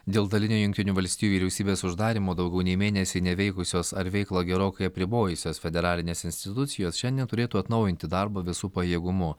dėl dalinio jungtinių valstijų vyriausybės uždarymo daugiau nei mėnesį neveikusios ar veiklą gerokai apribojusios federalinės institucijos neturėtų atnaujinti darbo visu pajėgumu